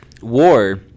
War